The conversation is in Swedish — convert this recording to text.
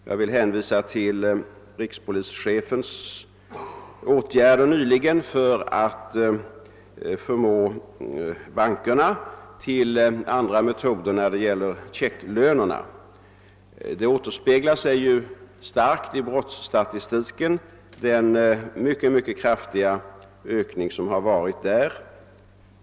Jag hänvisar till rikspolischefens åtgärder nyligen för att förmå bankerna att tillämpa andra metoder när det gäller checklönerna. Den mycket kraftiga ökningen av antalet brott därvidlag återspeglas i brottsstatistiken.